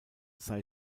sei